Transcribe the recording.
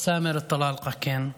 סאמר טלאלקה, כן.